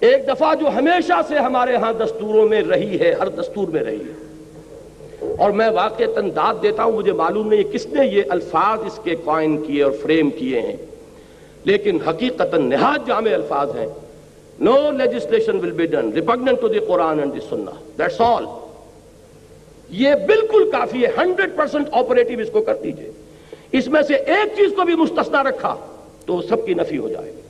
ایک دفعہ جو ہمیشہ سے ہمارے ہاں دستوروں میں رہی ہے، ہر دستور میں رہی ہے۔ اور میں واقعتاً داد دیتا ہوں، مجھے معلوم نہیں کس نے یہ الفاظ اس کے coin کیے اور frame کیے ہیں۔ لیکن حقیقتاً نہایت جامع الفاظ ہیں۔ No legislation will be done repugnant to the Quran and the Sunnah. That's all. یہ بالکل کافی ہے، 100% operative اس کو کر دیجئے۔ اس میں سے ایک چیز کو بھی مستثنی رکھا تو سب کی نفی ہو جائے۔